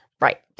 Right